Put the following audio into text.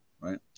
right